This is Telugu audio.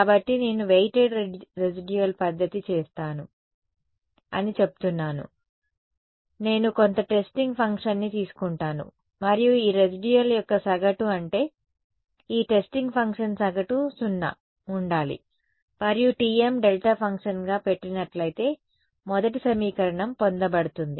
కాబట్టి నేను వెయిటెడ్ రెసిడ్యుయల్ పద్ధతి చేస్తాను అని చెప్తున్నాను నేను కొంత టెస్టింగ్ ఫంక్షన్ని తీసుకుంటాను మరియు ఈ రెసిడ్యుయల్ యొక్క సగటు అంటే ఈ ఈ టెస్టింగ్ ఫంక్షన్ సగటు 0 ఉండాలి మరియు T m డెల్టా ఫంక్షన్గా పెట్టినట్ట్లైతే మొదటి సమీకరణం పొందబడుతుంది